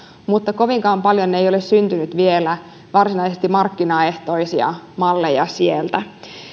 kovinkaan paljon ei vielä ole syntynyt varsinaisesti markkinaehtoisia malleja